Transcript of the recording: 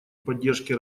поддержке